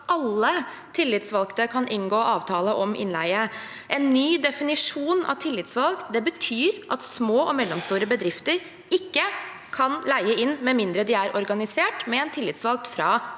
alle tillitsvalgte kan inngå avtale om innleie. En ny definisjon av tillitsvalgt betyr at små og mellomstore bedrifter ikke kan leie inn med mindre de er organisert med en tillitsvalgt fra